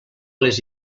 les